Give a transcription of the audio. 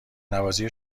نوازی